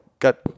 got